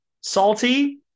Salty